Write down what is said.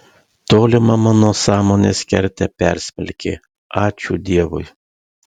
tolimą mano sąmonės kertę persmelkė ačiū dievui